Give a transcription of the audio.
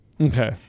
Okay